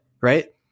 right